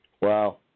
Wow